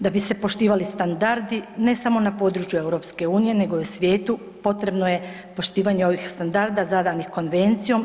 Da bi se poštivali standardi ne samo na području EU nego i u svijetu, potrebno je poštivanje ovih standarda zadanih konvencijom.